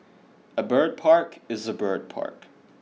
a bird park is a bird park